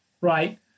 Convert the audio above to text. right